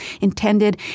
intended